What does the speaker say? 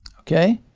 okay?